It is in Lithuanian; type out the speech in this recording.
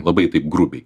labai taip grubiai